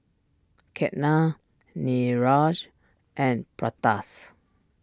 Ketna Niraj and